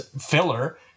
filler